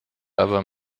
aber